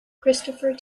christopher